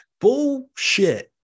bullshit